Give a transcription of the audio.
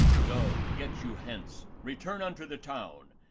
go, get you hence, return unto the town,